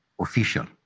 official